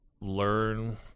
learn